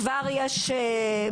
כבר יש בצנרת,